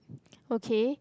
okay